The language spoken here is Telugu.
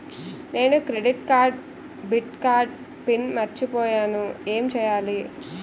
నేను క్రెడిట్ కార్డ్డెబిట్ కార్డ్ పిన్ మర్చిపోయేను ఎం చెయ్యాలి?